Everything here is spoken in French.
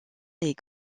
les